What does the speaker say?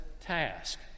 task